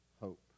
hope